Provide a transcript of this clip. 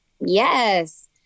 Yes